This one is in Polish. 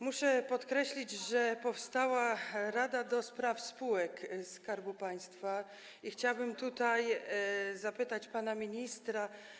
Muszę podkreślić, że powstała rada do spraw spółek Skarbu Państwa, i chciałabym zapytać pana ministra.